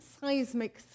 seismic